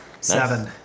Seven